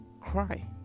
cry